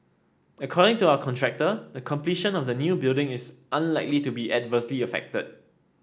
according to our contractor the completion of the new building is unlikely to be adversely affected